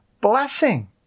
blessing